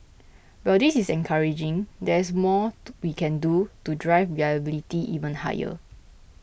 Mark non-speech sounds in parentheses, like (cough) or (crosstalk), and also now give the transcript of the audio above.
while this is encouraging there is more (noise) we can do to drive reliability even higher